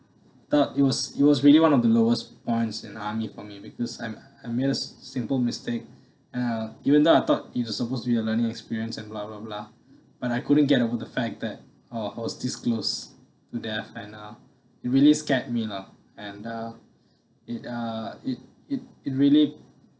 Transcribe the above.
thought it was it was really one of the lowest points in army for me because I made a simple mistake ah even though I thought it was supposed to be a learning experience and blah blah blah but I couldn't get over the fact that oh I was this close to death and uh it really scared me lah and uh it uh it it it really